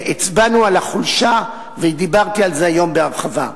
הצבענו על החולשה, ודיברתי על זה היום בהרחבה.